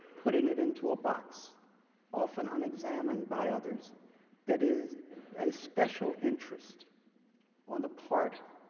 putting it into a box often unexamined by others that is a special interest on the part